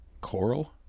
Coral